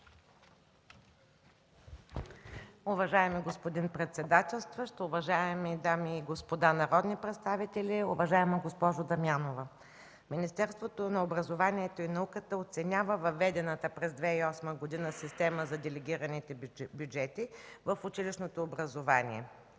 Уважаеми господин председателстващ, уважаеми дами и господа народни представители, уважаема госпожо Дамянова! Министерството на образованието и науката оценява въведената през 2008 г. система за делегираните бюджети в училищното образование